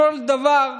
בכל דבר,